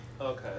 Okay